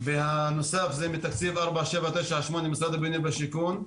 והנוסף הוא מתקציב 4798 ממשרד הבינוי והשיכון.